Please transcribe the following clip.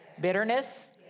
Bitterness